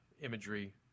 imagery